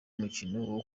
umukino